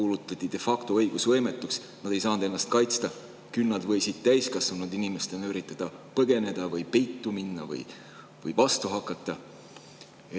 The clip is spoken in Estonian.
kuulutatide factoõigusvõimetuks, nad ei saanud ennast kaitsta, küll võisid nad täiskasvanud inimestena üritada põgeneda või peitu minna või vastu hakata.